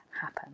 happen